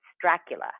Dracula